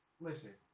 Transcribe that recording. listen